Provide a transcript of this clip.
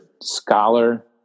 scholar